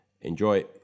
Enjoy